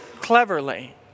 cleverly